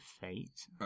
Fate